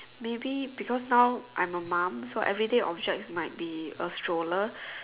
maybe because now I'm a mum so everyday objects might be a stroller